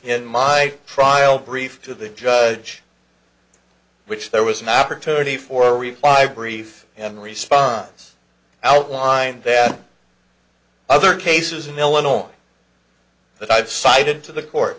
in my trial brief to the judge which there was an opportunity for a reply brief in response outlined that other cases in illinois that i've cited to the court